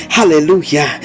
Hallelujah